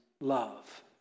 love